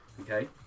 Okay